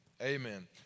Amen